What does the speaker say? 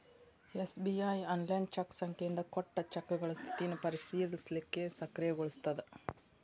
SBI online cheque ಸಂಖ್ಯೆಯಿಂದ ಕೊಟ್ಟ ಚೆಕ್ಗಳ ಸ್ಥಿತಿನ ಪರಿಶೇಲಿಸಲಿಕ್ಕೆ ಸಕ್ರಿಯಗೊಳಿಸ್ತದ